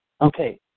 Okay